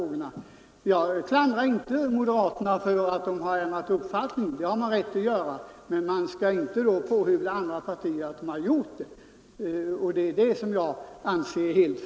Jag klandrar inte moderaterna för att de ändrat uppfattning. Det har man rätt att göra. Men man skall inte då pådyvla andra partier att de har gjort det. Det är detta jag anser felaktigt.